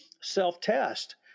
self-test